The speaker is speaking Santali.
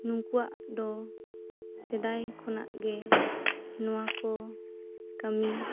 ᱱᱩᱠᱩᱭᱟᱜ ᱫᱚ ᱥᱮᱫᱟᱭ ᱠᱷᱚᱱᱟᱜ ᱜᱮ ᱱᱚᱣᱟ ᱠᱚ ᱠᱟᱹᱢᱤ